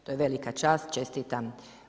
To je velika čast, čestitam.